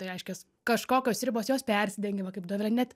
tai reiškias kažkokios ribos jos persidengimą va kaip dovilė net